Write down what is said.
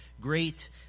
great